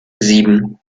sieben